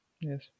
Yes